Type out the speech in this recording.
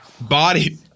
body